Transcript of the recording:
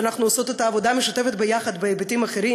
ואנחנו עושות אתה עבודה משותפת בהיבטים אחרים,